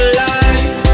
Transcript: life